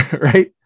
Right